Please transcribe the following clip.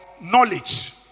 knowledge